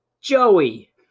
Joey